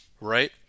right